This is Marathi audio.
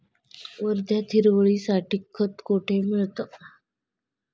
वर्ध्यात हिरवळीसाठी खत कोठे मिळतं?